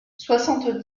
soixante